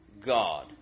God